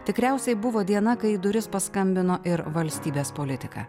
tikriausiai buvo diena kai į duris paskambino ir valstybės politika